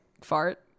fart